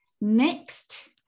Next